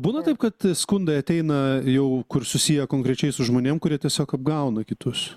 būna taip kad skundai ateina jau kur susiję konkrečiai su žmonėm kurie tiesiog apgauna kitus